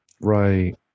Right